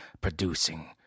producing